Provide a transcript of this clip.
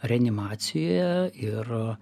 reanimacijoje ir